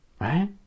Right